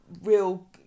real